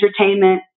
entertainment